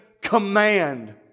command